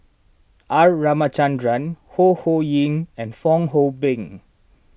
R Ramachandran Ho Ho Ying and Fong Hoe Beng